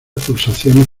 pulsaciones